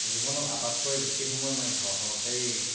জীৱনত আটাইতকৈ বেছি সময় মই ঘৰখনতেই